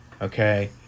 okay